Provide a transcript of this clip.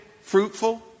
fruitful